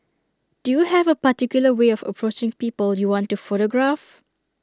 do you have A particular way of approaching people you want to photograph